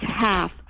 half